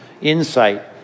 insight